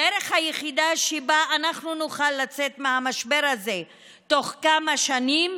הדרך היחידה שבה אנחנו נוכל לצאת מהמשבר הזה בתוך כמה שנים,